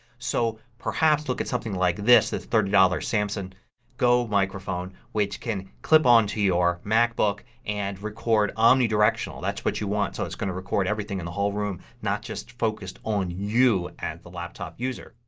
so perhaps look at something like this that's thirty dollars. samson go microphone which can clip onto your mac and record omni directional. that's what you want. so it's going to record everything in the whole room not just focused on you and the laptop user.